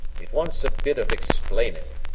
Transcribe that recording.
it wants a bit of explainin'.